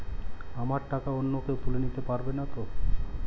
আমার টাকা অন্য কেউ তুলে নিতে পারবে নাতো?